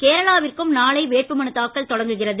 கேரளாவிற்கும் நாளை வேட்புமனு தாக்கல் தொடங்குகிறது